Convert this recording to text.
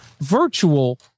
Virtual